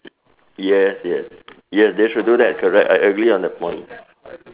yes yes yes they should do that correct I agree on the point